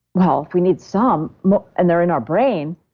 well, if we need some and they're in our brain,